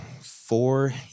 four